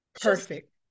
perfect